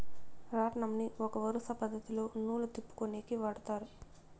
రాట్నంని ఒక వరుస పద్ధతిలో నూలు తిప్పుకొనేకి వాడతారు